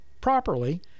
properly